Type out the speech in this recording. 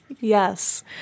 Yes